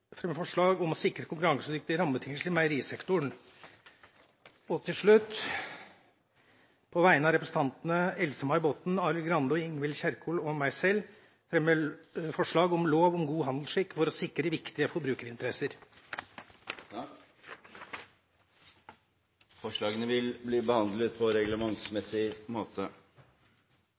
om å sikre konkurransedyktige rammebetingelser i meierisektoren. Til slutt vil jeg på vegne av representantene Else-May Botten, Arild Grande, Ingvild Kjerkol og meg selv fremme representantforslag om å lovfeste god handelsskikk for å sikre viktige forbrukerinteresser. Forslagene vil bli behandlet på reglementsmessig måte.